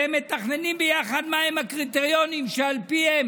והם מתכננים יחד מהם הקריטריונים שעל פיהם